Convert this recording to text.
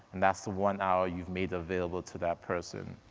and that's the one hour you've made available to that person.